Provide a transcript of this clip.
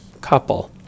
couple